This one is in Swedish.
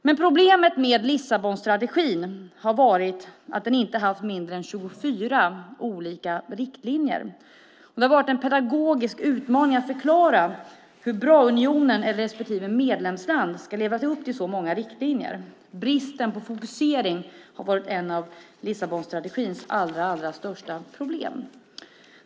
Men problemet med Lissabonstrategin har varit att den har haft inte mindre än 24 olika riktlinjer. Det har varit en pedagogisk utmaning att förklara hur bra unionen eller respektive medlemsland ska leva upp till så många riktlinjer. Bristen på fokusering har varit ett av Lissabonstrategins allra största problem.